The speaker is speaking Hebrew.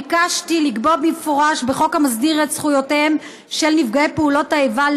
ביקשתי לקבוע במפורש בחוק המסדיר את זכויותיהם של נפגעי פעולות האיבה,